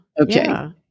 Okay